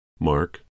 Mark